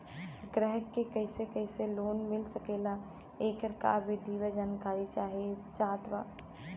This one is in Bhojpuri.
ग्राहक के कैसे कैसे लोन मिल सकेला येकर का विधि बा जानकारी चाहत बा?